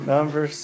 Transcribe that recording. Number